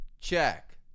check